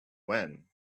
when